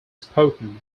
spoken